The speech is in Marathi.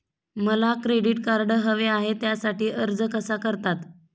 मला क्रेडिट कार्ड हवे आहे त्यासाठी अर्ज कसा करतात?